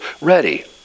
ready